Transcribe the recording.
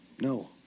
No